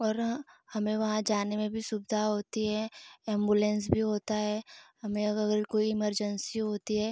और हमें वहाँ जाने में भी सुविधा होती है एम्बुलेन्स भी होती है हमें अगर कोई इमर्जेन्सी होती है